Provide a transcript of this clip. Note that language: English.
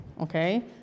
okay